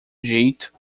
jeito